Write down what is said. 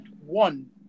one